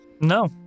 No